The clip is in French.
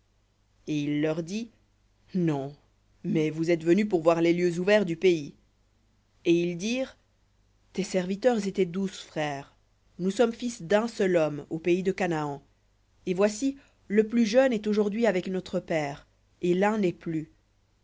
et il leur dit non mais vous êtes venus pour voir les lieux ouverts du pays et ils dirent tes serviteurs étaient douze frères nous sommes fils d'un seul homme au pays de canaan et voici le plus jeune est aujourd'hui avec notre père et l'un n'est plus